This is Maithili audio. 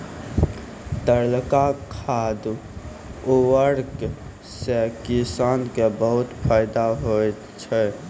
तरल खाद उर्वरक सें किसान क बहुत फैदा होय छै